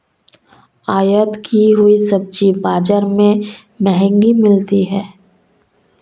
आयत की हुई सब्जी बाजार में महंगी मिलती है